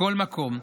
מכל מקום,